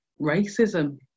racism